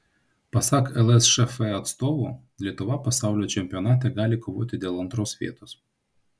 pasak lsšf atstovų lietuva pasaulio čempionate gali kovoti dėl antros vietos